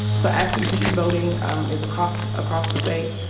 so absentee voting um is across across the state.